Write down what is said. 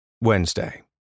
Wednesday